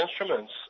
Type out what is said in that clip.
instruments